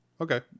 Okay